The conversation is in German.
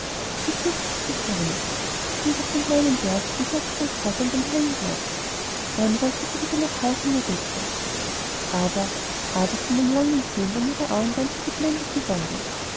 sie fürchtete sich gar nicht lief auf den kleinen berg und sah sich recht satt an dem hellen glanz dann wollte sie wieder nach hause und in ihr bettchen aber aber von dem langen sehen waren ihr die augen ganz wie geblendet geworden